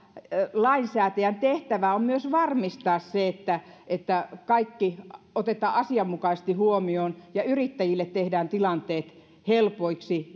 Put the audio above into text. lainsäätäjän tehtävä on myös varmistaa se että että kaikki otetaan asianmukaisesti huomioon ja yrittäjille tehdään tilanteet helpoiksi